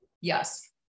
yes